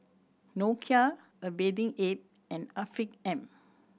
Nokia A Bathing Ape and Afiq M